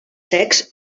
secs